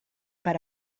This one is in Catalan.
per